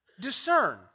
Discern